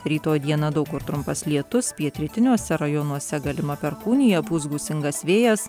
rytoj dieną daug kur trumpas lietus pietrytiniuose rajonuose galima perkūnija pūs gūsingas vėjas